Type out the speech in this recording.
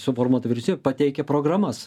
suformuota vyriausybė pateikia programas